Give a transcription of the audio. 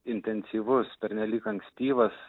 intensyvus pernelyg ankstyvas